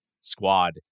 squad